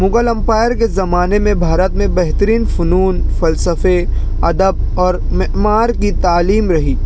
Mughal empire کے زمانے میں بھارت میں بہترین فنون فلسلفے ادب اور معمار کی تعلیم رہی